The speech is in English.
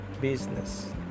Business